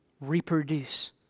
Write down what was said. reproduce